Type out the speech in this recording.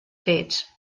fets